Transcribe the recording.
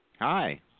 Hi